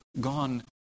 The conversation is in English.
gone